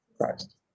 Christ